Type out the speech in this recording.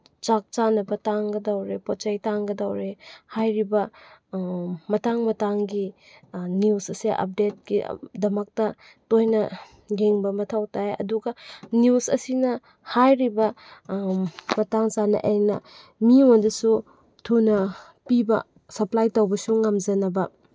ꯆꯥꯛ ꯆꯥꯅꯕ ꯇꯥꯡꯒꯗꯧꯔꯦ ꯄꯣꯠ ꯆꯩ ꯇꯥꯡꯒꯗꯧꯔꯦ ꯍꯥꯏꯔꯤꯕ ꯃꯇꯥꯡ ꯃꯇꯥꯡꯒꯤ ꯅ꯭ꯌꯨꯁ ꯑꯁꯦ ꯑꯞꯗꯦꯠꯀꯤꯗꯃꯛꯇ ꯇꯣꯏꯅ ꯌꯦꯡꯕ ꯃꯊꯧ ꯇꯥꯏ ꯑꯗꯨꯒ ꯅ꯭ꯌꯨꯁ ꯑꯁꯤꯅ ꯍꯥꯏꯔꯤꯕ ꯃꯇꯥꯡ ꯆꯥꯅ ꯑꯩꯅ ꯃꯤꯉꯣꯟꯗꯁꯨ ꯊꯨꯅ ꯄꯤꯕ ꯁꯄ꯭ꯂꯥꯏ ꯇꯧꯕꯁꯨ ꯉꯝꯖꯅꯕ